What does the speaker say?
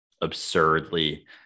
absurdly